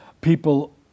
People